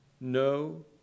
no